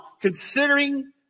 considering